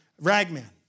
Ragman